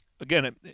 again